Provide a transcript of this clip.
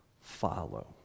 follow